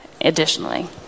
additionally